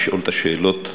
לשאול את השאלות הבאות,